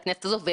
תודה לך.